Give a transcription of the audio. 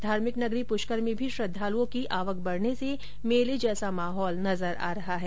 धार्मिक नगरी पुष्कर में भी श्रद्वालुओं की आवक बढ़ने से मेले जैसा माहौल नजर आ रहा है